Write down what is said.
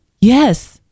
Yes